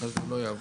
אז זה לא יעבוד.